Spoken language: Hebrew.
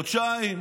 חודשיים,